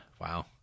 Wow